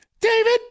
david